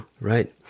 right